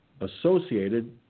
associated